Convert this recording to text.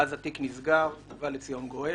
ואז התיק נסגר ובא לציון גואל,